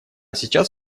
сейчас